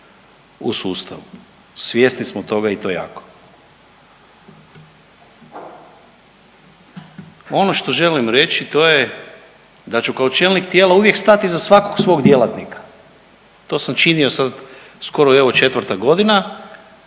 u sustavu svjesni smo toga i to jako. Ono što želim reći to je da ću kao čelnik tijela uvijek stati iza svakog svog djelatnika. To sam činio sad skoro evo 4 godina